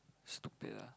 stupid ah